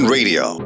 Radio